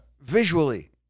Visually